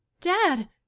Dad